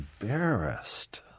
embarrassed